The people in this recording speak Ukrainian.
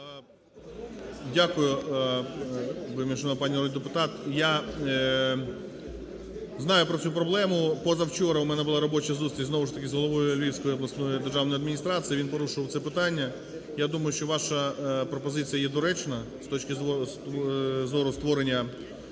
Дякую, вельмишановна пані народний депутат. Я знаю про цю проблему, позавчора в мене була робоча зустріч знову ж таки з головою Львівської обласної державної адміністрації, він порушував це питання. Я думаю, що ваша пропозиція є доречна, з точки зору створення